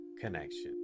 connection